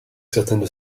certaines